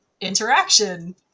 interaction